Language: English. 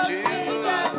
Jesus